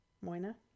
Moina